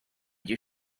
you